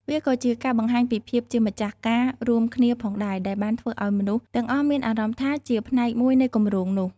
វាក៏ជាការបង្ហាញពីភាពជាម្ចាស់ការរួមគ្នាផងដែរ ដែលបានធ្វើឲ្យមនុស្សទាំងអស់មានអារម្មណ៍ថាជាផ្នែកមួយនៃគម្រោងនោះ។